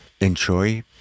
enjoy